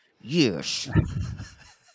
Yes